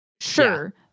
Sure